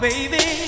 Baby